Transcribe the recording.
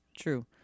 True